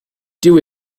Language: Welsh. dyw